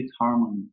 harmony